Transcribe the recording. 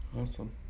awesome